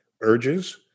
urges